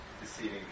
deceiving